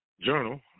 Journal